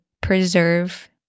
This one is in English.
preserve